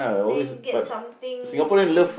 then get something uh